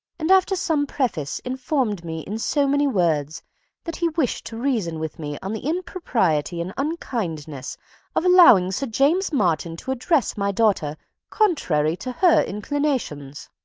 and after some preface informed me in so many words that he wished to reason with me on the impropriety and unkindness of allowing sir james martin to address my daughter contrary to her inclinations.